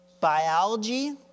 Biology